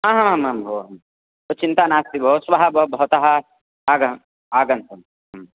आ आम् आं भो तु चिन्ता नास्ति भो श्वः भो भवतः आगमनम् आगन्तव्यम्